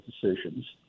decisions